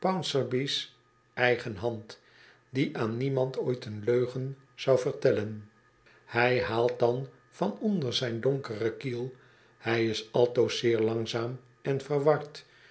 pouncerby's eigen hand die aan niemand ooit een leugen zou vertellen hij haalt dan van onder zijn donkeren kiel hij is altoos zeer langzaam en verward